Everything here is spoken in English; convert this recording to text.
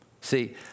See